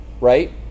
right